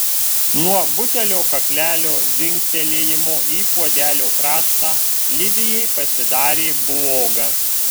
nuo butelio kaklelio dzingtelėjimo į puodelio kraštą lidijai pasidarė bloga